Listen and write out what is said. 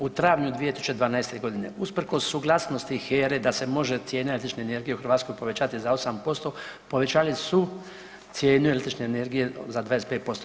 U travnju 2012. godine usprkos suglasnosti HER da se može cijena električne energije može u Hrvatskoj povećati za 8% povećali su cijenu električne energije za 25%